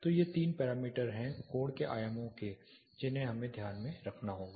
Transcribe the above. तो ये तीन पैरामीटर हैं कोण के आयामों के जिनको हमें ध्यान में रखना होगा